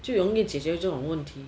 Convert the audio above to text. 就容易解决这种问题